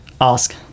ask